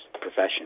profession